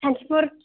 Santipur